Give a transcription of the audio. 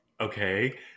okay